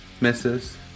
misses